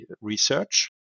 research